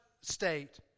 state